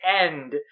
end